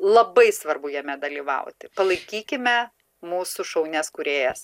labai svarbu jame dalyvauti palaikykime mūsų šaunias kūrėjas